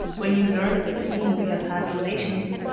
when you learn with whom we have had relations,